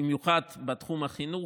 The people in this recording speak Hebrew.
במיוחד בתחום החינוך.